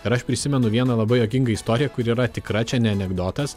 ir aš prisimenu vieną labai juokingą istoriją kuri yra tikra čia ne anekdotas